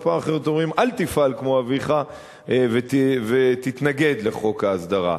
ופעם אחרת אומרים: אל תפעל כמו אביך ותתנגד לחוק ההסדרה.